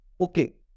Okay